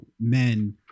men